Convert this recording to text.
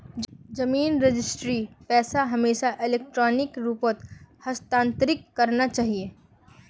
जमीन रजिस्ट्रीर पैसा हमेशा इलेक्ट्रॉनिक रूपत हस्तांतरित करना चाहिए